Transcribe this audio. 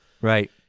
Right